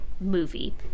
movie